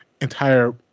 entire